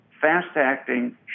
fast-acting